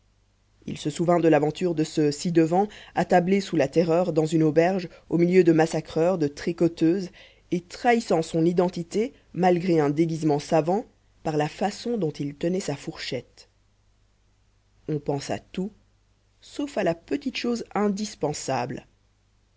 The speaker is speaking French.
il se souvint de l'aventure de ce ci-devant attablé sous la terreur dans une auberge au milieu de massacreurs de tricoteuses et trahissant son identité malgré un déguisement savant par la façon dont il tenait sa fourchette on pense à tout sauf à la petite chose indispensable